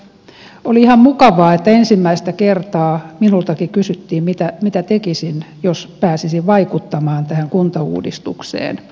oli ihan mukavaa että ensimmäistä kertaa minultakin kysyttiin mitä tekisin jos pääsisin vaikuttamaan tähän kuntauudistukseen